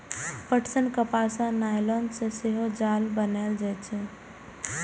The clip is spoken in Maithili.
पटसन, कपास आ नायलन सं सेहो जाल बनाएल जाइ छै